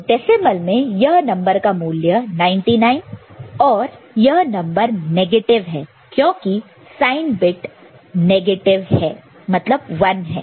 तो डेसिमल में यह नंबर का मूल्य 99 है और यह नंबर नेगेटिव है क्योंकि साइन बिट नेगेटिव है मतलब 1 है